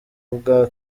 ubwa